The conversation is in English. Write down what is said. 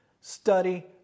study